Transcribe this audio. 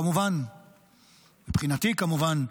מבחינתי כמובן,